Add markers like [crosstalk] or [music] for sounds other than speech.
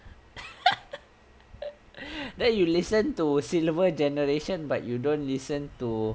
[laughs] then you listen to silver generation but you don't listen to